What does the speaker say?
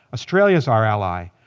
australia's our ally.